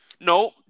No